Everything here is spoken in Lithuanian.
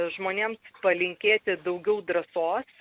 žmonėms palinkėti daugiau drąsos